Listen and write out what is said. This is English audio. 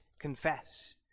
Confess